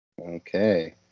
Okay